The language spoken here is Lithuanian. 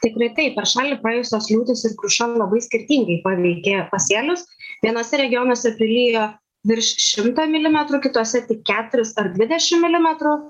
tikrai taip per šalį praėjusios liūtys ir kruša labai skirtingai paveikė pasėlius vienuose regionuose prilijo virš šimto milimetrų kituose tik keturis ar dvidešim milimetrų